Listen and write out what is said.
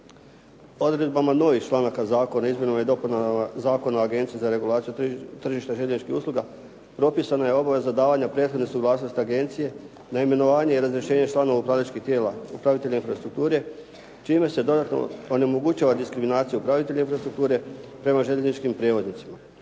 Odredbama novih članaka Zakona o izmjenama i dopunama Zakona o Agenciji za regulaciju tržišta željezničkih usluga propisana je obaveza davanja prethodne suglasnosti agenciji na imenovanje i razrješenje članova upravljačkih tijela, upravitelja infrastrukture čime se dodatno onemogućava diskriminacija upravitelja infrastrukture prema željezničkim prijevoznicima.